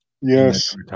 yes